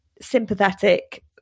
sympathetic